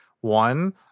one